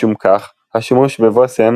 משום כך השימוש בבושם